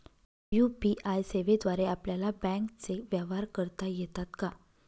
UPI सेवेद्वारे आपल्याला बँकचे व्यवहार करता येतात का?